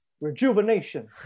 rejuvenation